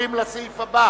35 בעד, תשעה נגד, נמנע אחד.